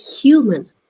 human